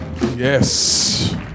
Yes